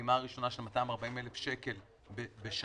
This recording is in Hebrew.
בפעימה הראשונה של 240,000 שקלים בשנה,